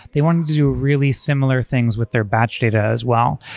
they wanted to do really similar things with their batch data as well.